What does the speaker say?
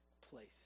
place